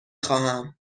خواهم